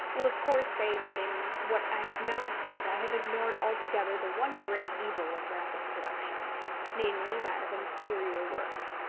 will, of course, say that in what i have now said i have ignored altogether the one great evil of rapid production namely, that of inferior work.